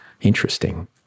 interesting